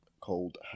called